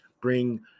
bring